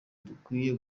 dukwiye